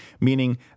meaning